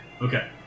Okay